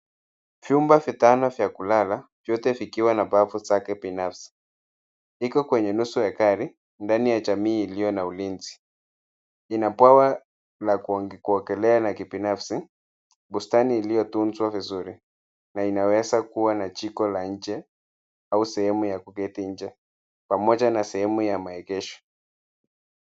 Vyumba vitano vya kulala vyote vikiwa na bafu zake binafsi. Liko kwenye nusu ekari ndani ya jamii iliyo na ulinzi. Ina bwawa la kuogelea la kibinafsi, bustani iliyotunzwa vizuri na inaweza kuwa na jiko la nje au sehemu ya kuketi nje pamoja na sehemu ya maegesho.